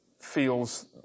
feels